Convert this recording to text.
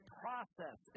process